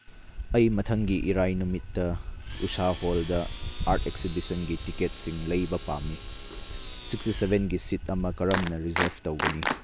ꯑꯩ ꯃꯊꯪꯒꯤ ꯏꯔꯥꯏ ꯅꯨꯃꯤꯠꯇ ꯎꯁꯥ ꯍꯣꯜꯗ ꯑꯥꯔꯠ ꯑꯦꯛꯁꯤꯕꯤꯁꯟꯒꯤ ꯇꯤꯀꯦꯠꯁꯤꯡ ꯂꯩꯕ ꯄꯥꯝꯃꯤ ꯁꯤꯛꯁꯇꯤ ꯁꯚꯦꯟꯒꯤ ꯁꯤꯠ ꯑꯃ ꯀꯔꯝꯅ ꯔꯤꯖꯞ ꯇꯧꯒꯅꯤ